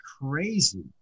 crazy